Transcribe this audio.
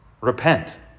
repent